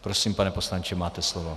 Prosím, pane poslanče, máte slovo.